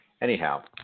anyhow